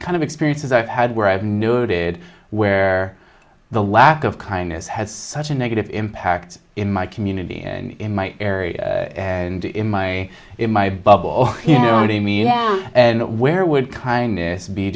kind of experiences i've had where i've noted where the lack of kindness has such a negative impact in my community and in my area and in my in my bubble here and where would kindness be